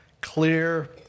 clear